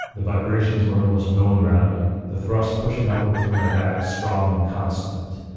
the vibrations were almost bone rattling, the thrust pushing upward through my back strong and constant.